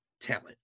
talent